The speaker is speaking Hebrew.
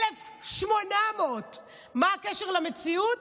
1,800. מה הקשר למציאות?